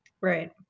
Right